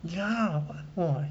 ya what !wah!